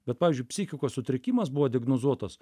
bet pavyzdžiui psichikos sutrikimas buvo diagnozuotas